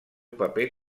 paper